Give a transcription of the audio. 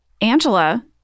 Angela